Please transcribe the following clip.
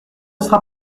sera